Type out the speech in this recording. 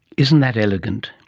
isn't that elegant.